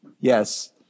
Yes